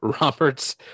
roberts